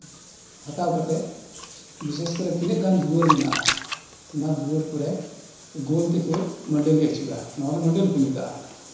ᱦᱟᱛᱟᱣ ᱠᱟᱛᱮᱫ ᱵᱤᱥᱮᱥ ᱠᱚᱨᱮ ᱛᱤᱱᱟᱹᱜ ᱜᱟᱱ ᱫᱩᱣᱟᱹᱨ ᱢᱮᱱᱟᱜᱼᱟ ᱚᱱᱟ ᱫᱩᱣᱟᱹᱨ ᱠᱚᱨᱮ ᱜᱳᱞ ᱛᱮᱠᱚ ᱢᱟᱹᱰᱟᱹᱞᱤ ᱟᱹᱪᱩᱨᱟ ᱱᱚᱣᱟ ᱫᱚ ᱢᱟᱹᱰᱟᱹᱞᱤ ᱠᱚ ᱢᱮᱛᱟᱜᱼᱟ